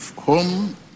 Home